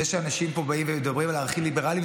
זה שאנשים פה באים ומדברים על ערכים ליברליים,